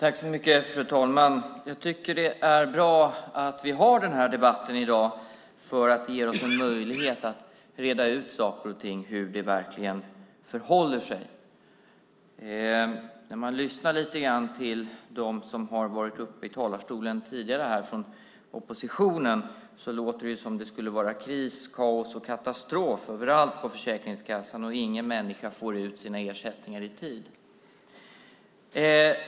Fru talman! Jag tycker att det är bra att vi har den här debatten i dag för det ger oss en möjlighet att reda ut saker och ting och hur det verkligen förhåller sig. När man lyssnar lite grann till dem som har varit uppe i talarstolen tidigare från oppositionen låter det som om det skulle vara kris, kaos och katastrof överallt på Försäkringskassan och som om ingen människa får ut sina ersättningar i tid.